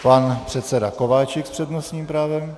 Pan předseda Kováčik s přednostním právem.